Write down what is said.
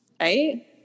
Right